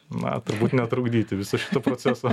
na turbūt netrukdyti viso šito proceso